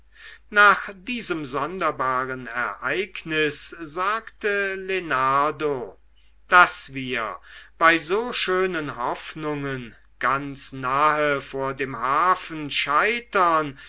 nach diesem sonderbaren ereignis sagte lenardo daß wir bei so schönen hoffnungen ganz nahe vor dem hafen scheitern